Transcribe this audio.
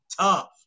tough